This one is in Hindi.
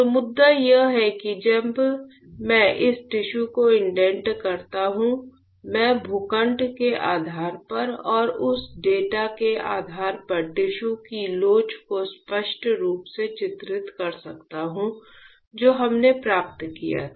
तो मुद्दा यह है कि जब मैं इस टिश्यू को इंडेंट करता हूं मैं भूखंड के आधार पर और उस डेटा के आधार पर टिश्यू की लोच को स्पष्ट रूप से चित्रित कर सकता हूं जो हमने प्राप्त किया था